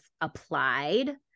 applied